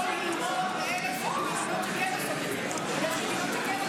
יש מדינות שכן עושות את זה.